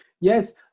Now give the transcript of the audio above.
Yes